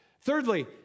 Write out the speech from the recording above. Thirdly